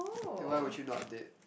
then why would you not date